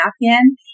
napkin